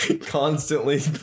constantly